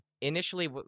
initially